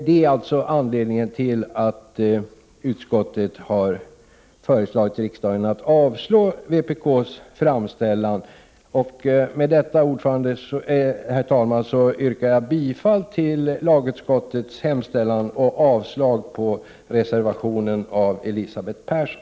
Det är anledningen till att utskottet föreslår riksdagen att avslå vpk:s motion. Med detta, herr talman, yrkar jag bifall till lagutskottets hemställan och avslag på reservationen av Elisabeth Persson.